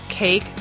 Cake